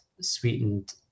sweetened